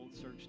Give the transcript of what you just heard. search